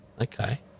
Okay